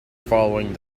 following